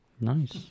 Nice